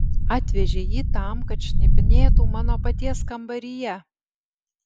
atvežei jį tam kad šnipinėtų mano paties kambaryje